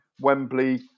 Wembley